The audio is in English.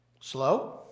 slow